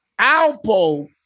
Alpo